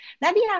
Nadia